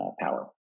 power